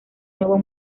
nuevo